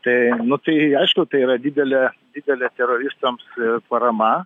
tai nu tai aišku tai yra didelė didelė teroristams parama